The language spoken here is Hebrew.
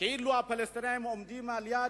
כאילו הפלסטינים עומדים ליד,